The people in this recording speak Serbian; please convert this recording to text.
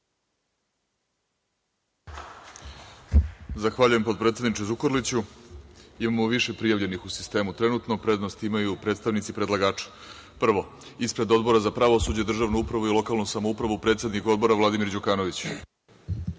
Zahvaljujem, potpredsedniče Zukorliću. Imamo više prijavljenih u sistemu. Trenutno prednost imaju predstavnici predlagača. Prvo, ispred Odbora za pravosuđe i državnu upravu i lokalnu samoupravu, predsednik Odbora Vladimir Đukanović.